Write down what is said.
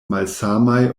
malsamaj